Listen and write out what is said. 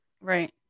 right